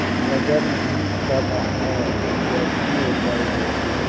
वजन भी कम है गहिये जाय है?